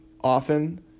often